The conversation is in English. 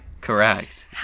Correct